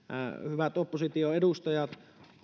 hyvät oppositioedustajat